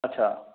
अच्छा